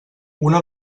una